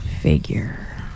Figure